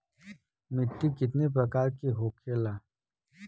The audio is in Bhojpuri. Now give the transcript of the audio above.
मिट्टी कितने प्रकार के होखेला?